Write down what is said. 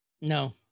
no